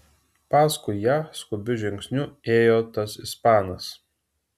paskui ją skubiu žingsniu ėjo tas ispanas